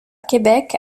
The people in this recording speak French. québec